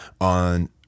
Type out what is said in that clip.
on